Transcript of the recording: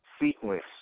sequence